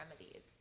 remedies